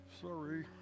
Sorry